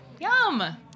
Yum